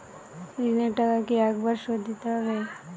ঋণের টাকা কি একবার শোধ দিতে হবে?